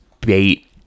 bait